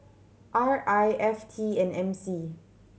R I F T and M C